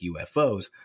UFOs